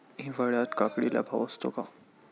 हिवाळ्यात काकडीला भाव असतो का?